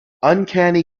uncanny